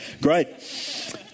great